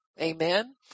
amen